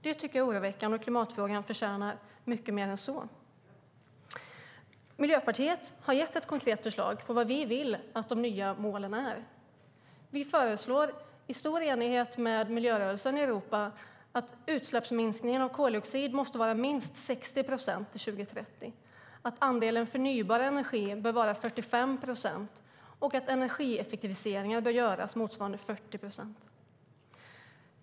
Det tycker jag är oroväckande. Klimatfrågan förtjänar mycket mer än så. Miljöpartiet har gett ett konkret förslag på vad vi vill att de nya målen ska vara. Vi föreslår i stor enighet med miljörörelsen i Europa att utsläppsminskningen av koldioxid måste vara minst 60 procent till 2030, att andelen förnybar energi bör vara 45 procent och att energieffektiviseringar bör göras motsvarande 40 procent.